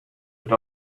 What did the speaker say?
that